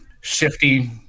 shifty